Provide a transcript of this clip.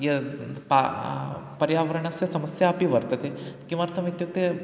यद् पा पर्यावरणस्य समस्यापि वर्तते किमर्थमित्युक्ते